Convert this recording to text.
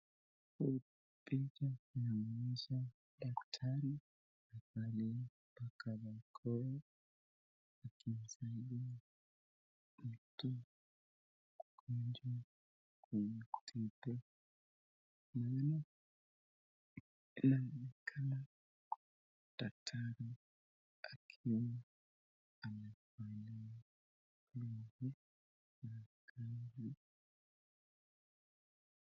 Hii picha inaonyesha Daktari aliyevaa barakoa akimsaidia mgonjwa kumtibu. Mana inaonekana daktari akiwa amevalia glovu.